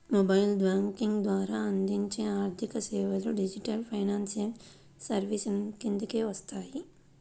mobile banking ద్వారా అందించే ఆర్థికసేవలు డిజిటల్ ఫైనాన్షియల్ సర్వీసెస్ కిందకే వస్తాయి